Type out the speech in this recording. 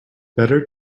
better